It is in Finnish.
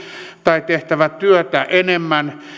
tai tehtävä työtä enemmän